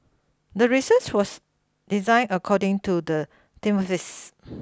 the research was designed according to the hypothesis